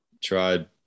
Tried